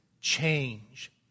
change